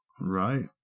Right